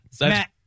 Matt